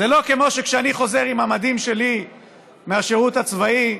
זה לא כמו כשאני חוזר עם המדים שלי מהשירות הצבאי,